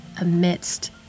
amidst